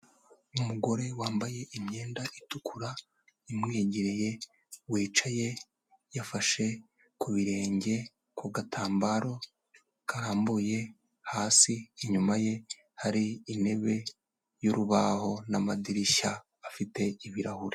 Umugore wambaye imyenda itukura imwegereye wicaye yafashe ku birenge ku gatambaro karambuye hasi, inyuma ye hari intebe y'urubaho n'amadirishya afite ibirahuri.